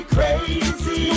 Crazy